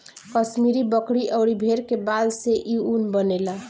कश्मीरी बकरी अउरी भेड़ के बाल से इ ऊन बनेला